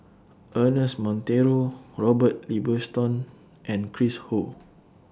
Ernest Monteiro Robert and Chris Ho